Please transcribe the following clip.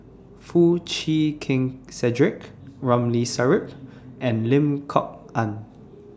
Foo Chee Keng Cedric Ramli Sarip and Lim Kok Ann